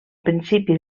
principi